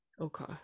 Okay